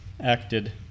acted